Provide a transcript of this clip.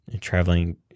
Traveling